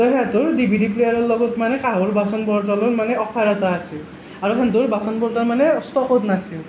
তো সেইটোৰ D V D প্লেয়াৰৰ লগত মানে কাঁহৰ বাচন বৰ্তন মানে অফাৰ এটা আছিল আৰু সিহঁতৰ বাচন বৰ্তন মানে ষ্টকত নাছিল